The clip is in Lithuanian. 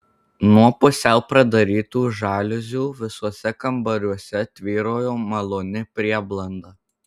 nuo pusiau pradarytų žaliuzių visuose kambariuose tvyrojo maloni prieblanda